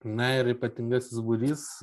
na ir ypatingasis būrys